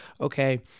okay